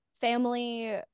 family